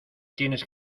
tienes